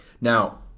Now –